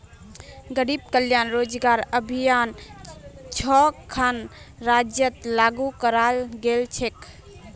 गरीब कल्याण रोजगार अभियान छो खन राज्यत लागू कराल गेल छेक